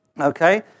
okay